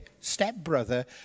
stepbrother